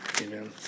Amen